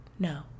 No